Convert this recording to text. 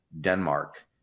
Denmark